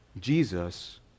Jesus